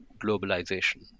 globalization